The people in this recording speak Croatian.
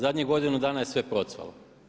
Zadnjih godinu dana je sve procvalo.